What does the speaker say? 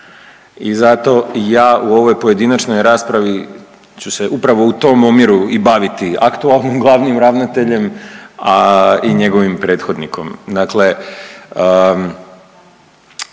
i zato ja u ovoj pojedinačnoj raspravi ću se upravo u tom omjeru i baviti aktualnim glavnim ravnateljem, a i njegovim prethodnikom.